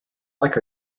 like